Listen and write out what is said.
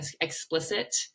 explicit